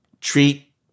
treat